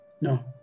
No